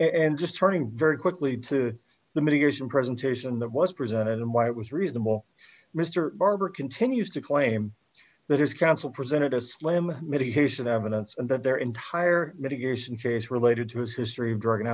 and just turning very quickly to the many years of presentation that was presented and why it was reasonable mr barbour continues to claim that his counsel presented a slam mehdi hasan evidence and that their entire mitigation case related to his history of drug and